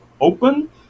open